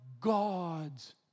God's